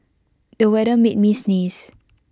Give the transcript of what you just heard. the weather made me sneeze